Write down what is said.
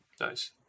Nice